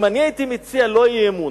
אם אני הייתי מציע לא אי-אמון,